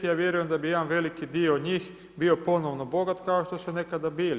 Ja vjerujem da bi jedan veliki dio njih, bio ponovno bogat kao što su nekada bili.